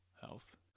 health